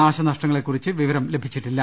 നാശനഷ്ടങ്ങളെ ക്കുറിച്ച് വിവരം ലഭിച്ചിട്ടില്ല